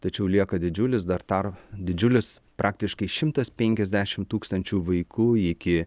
tačiau lieka didžiulis dar tar didžiulis praktiškai šimtas penkiasdešimt tūkstančių vaikų iki